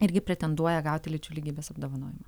irgi pretenduoja gauti lyčių lygybės apdovanojimą